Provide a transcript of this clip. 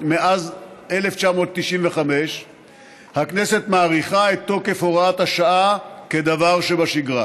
מאז 1995 הכנסת מאריכה את תוקף הוראת השעה כדבר שבשגרה,